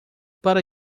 para